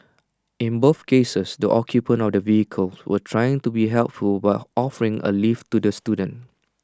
in both cases the occupants of the vehicles were trying to be helpful by offering A lift to the students